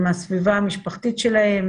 עם הסביבה המשפחתית שלהם,